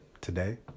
today